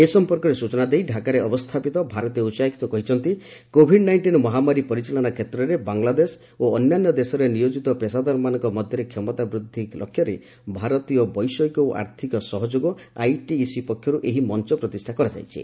ଏ ସମ୍ପର୍କରେ ସ୍ଟଚନା ଦେଇ ଡାକାରେ ଅବସ୍ଥାପିତ ଭାରତୀୟ ଉଚ୍ଚାୟୁକ୍ତ କହିଛନ୍ତି କୋଭିଡ୍ ନାଇଷ୍ଟିନ୍ ମହାମାରୀ ପରିଚାଳନା କ୍ଷେତ୍ରରେ ବାଂଲାଦେଶ ଓ ଅନ୍ୟାନ୍ୟ ଦେଶରେ ନିୟୋଜିତ ପେସାଦାରମାନଙ୍କ ମଧ୍ୟରେ କ୍ଷମତା ବୃଦ୍ଧି ଲକ୍ଷ୍ୟରେ ଭାରତୀୟ ବୈଷୟିକ ଓ ଆର୍ଥିକ ସହଯୋଗ ଆଇଟିଇସି ପକ୍ଷରୁ ଏହି ମଞ୍ଚ ପ୍ରତିଷା କରାଯାଇଛି